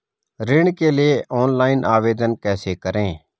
ऋण के लिए ऑनलाइन आवेदन कैसे करें?